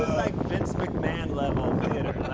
ah like vince mcmahon level theater.